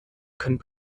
können